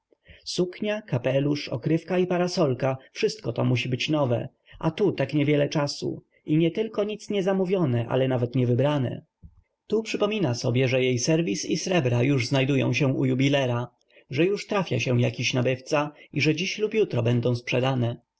suknia kapelusz okrywka i parasolka wszystko musi być nowe a tu tak niewiele czasu i nietylko nic nie zamówione ale nawet nie wybrane tu przypomina sobie że jej serwis i srebra już znajdują się u jubilera że już trafia się jakiś nabywca i że dziś lub jutro będą sprzedane